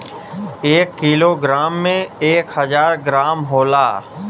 एक kilo gram में एक हजार ग्राम होला